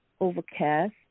overcast